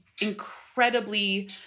incredibly